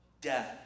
Death